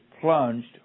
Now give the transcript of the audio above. plunged